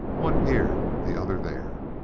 one here, the other there.